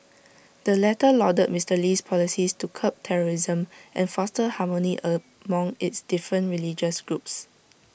the latter lauded Mister Lee's policies to curb terrorism and foster harmony among its different religious groups